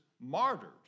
martyred